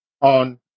on